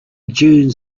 dunes